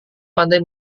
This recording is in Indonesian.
pandai